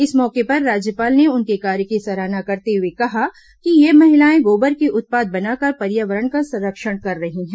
इस मौके पर राज्यपाल ने उनके कार्य की सराहना करते हुए कहा कि ये महिलाएं गोबर के उत्पाद बनाकर पर्यावरण का संरक्षण कर रही हैं